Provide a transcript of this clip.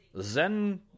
Zen